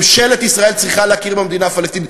ממשלת ישראל צריכה להכיר במדינה הפלסטינית,